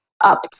up